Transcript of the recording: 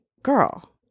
girl